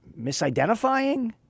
misidentifying